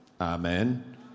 Amen